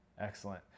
excellent